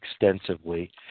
extensively